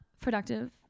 productive